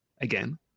again